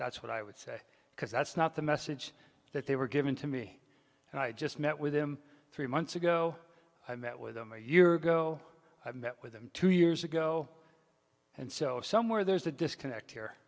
that's what i would say because that's not the message that they were given to me and i just met with them three months ago i met with them a year ago i met with them two years ago and so somewhere there's a disconnect here